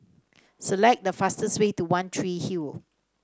select the fastest way to One Tree Hill